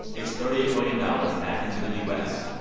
it's thirty eight billion dollars back into the u s.